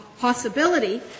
possibility